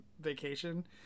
vacation